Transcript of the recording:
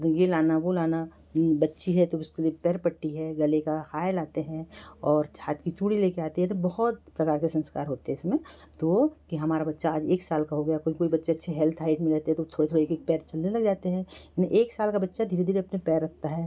तो ये लाना वो लाना बच्ची है तो उसके लिए पैर पट्टी है गले का हार लाते हैं और हाथ की चूड़ी लेके आते हैं तो बहुत तरह के संस्कार होते हैं इसमें तो कि हमारा बच्चा आज एक साल का हो गया कोई कोई बच्चे अच्छे हेल्थ हाईट में रहते हैं तो थोड़ा थोड़ा एक पैर चलने लग जाते हैं एक साल का बच्चा धीरे धीरे अपने पैर रखता है